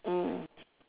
mm